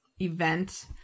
event